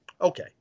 Okay